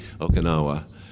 Okinawa